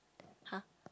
!huh!